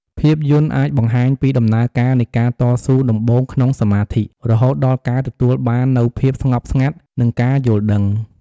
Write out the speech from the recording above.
ភាពយន្តអាចបង្ហាញពីដំណើរការនៃការតស៊ូដំបូងក្នុងសមាធិ រហូតដល់ការទទួលបាននូវភាពស្ងប់ស្ងាត់ និងការយល់ដឹង។